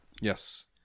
Yes